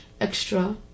extra